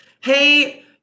Hey